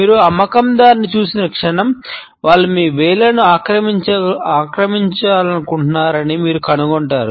మీరు అమ్మకందారుని చూసిన క్షణం వారు మీ వేళ్లను ఆక్రమించాలనుకుంటున్నారని మీరు కనుగొంటారు